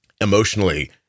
emotionally